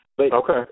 Okay